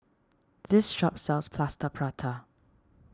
this shop sells Plaster Prata